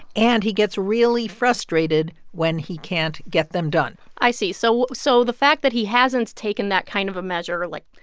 and he gets really frustrated when he can't get them done i see. so so the fact that he hasn't taken that kind of a measure, like,